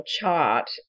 chart